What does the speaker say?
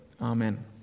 Amen